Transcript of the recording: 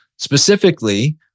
Specifically